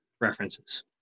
references